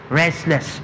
restless